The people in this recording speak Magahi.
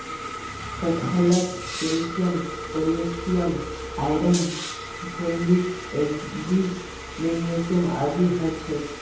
कटहलत calcium potassium iron folic acid magnesium आदि ह छे